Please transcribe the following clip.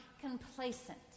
complacent